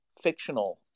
fictional